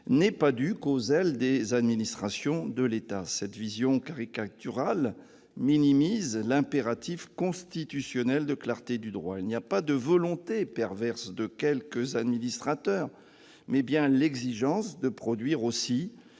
n'est pas due qu'au zèle des administrations de l'État. Cette vision caricaturale minimise l'impératif constitutionnel de clarté du droit. Il n'y a pas de volonté perverse de quelques administrateurs, mais l'exigence de produire la